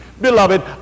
beloved